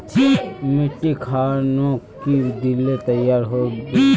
मिट्टी खानोक की दिले तैयार होबे छै?